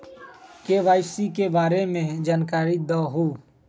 KYC के बारे में जानकारी दहु?